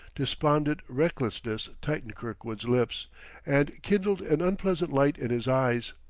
despondent recklessness tightened kirkwood's lips and kindled an unpleasant light in his eyes.